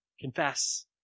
confess